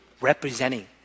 representing